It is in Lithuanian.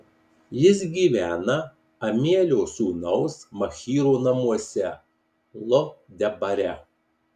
jis gyvena amielio sūnaus machyro namuose lo debare